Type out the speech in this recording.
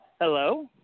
Hello